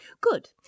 Good